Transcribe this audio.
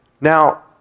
Now